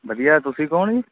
ਵਧੀਆ ਤੁਸੀਂ ਕੌਣ ਜੀ